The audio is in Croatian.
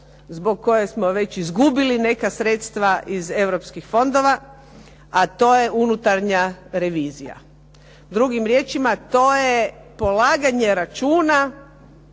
zbog koje smo već izgubili neka sredstva iz europskih fondova, a to je unutarnja revizija. Drugim riječima, to je polaganje računa